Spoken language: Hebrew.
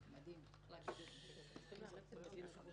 מדהים, צריך להגיד את זה.